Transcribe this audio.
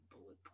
bullet